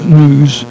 news